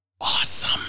awesome